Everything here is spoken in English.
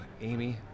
Amy